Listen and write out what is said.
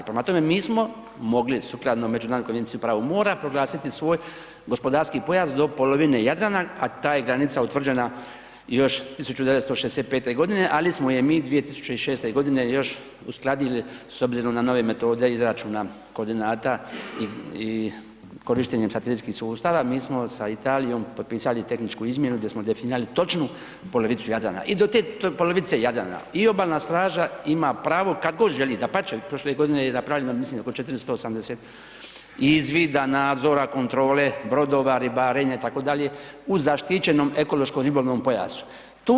Prema tome, mi smo mogli sukladno Međunarodnoj konvenciji o pravu mora proglasiti svoj gospodarski pojas do polovine Jadrana, a ta je granica utvrđena još 1965. g., ali smo je mi 2006. g. još uskladiti s obzirom na nove metode izračuna koordinata i korištenjem satelitskih sustava, mi smo sa Italijom potpisali tehničku izmjenu gdje smo definirali točnu polovicu Jadrana i do te polovice Jadrana i Obalna straža ima pravo, kad god želi, dapače, prošle godine je napravljeno ja mislim oko 480 izvida, nadzora, kontrole, brodova, ribarenja, itd. u ZERP-u.